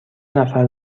نفر